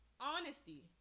Honesty